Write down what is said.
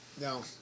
No